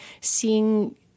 seeing